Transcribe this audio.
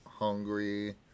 hungry